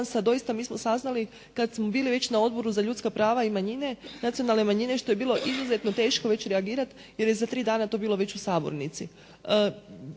doista mi smo saznali kad smo bili već na Odboru za ljudska prava i manjine, nacionalne manjine, što je bilo izuzetno teško već reagirati jer je za 3 dana to bilo već u sabornici.